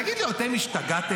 תגידו, אתם השתגעתם?